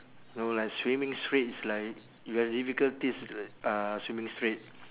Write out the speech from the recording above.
you know like swimming straight it's like you have difficulties uh swimming straight